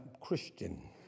Christian